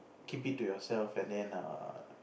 keep it to yourself and then err